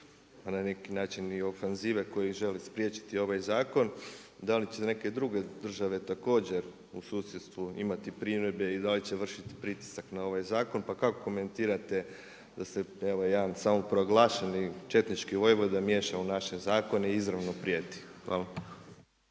pa na neki način i ofanzive koji želi spriječiti ovaj zakon? Da li će neke druge države također u susjedstvu imati primjedbe i da li će vršiti pritisak na ovaj zakon? Pa kako komentirate da se evo jedan samoproglašeni četnički vojvoda miješa u naše zakone i izravno prijeti? Hvala.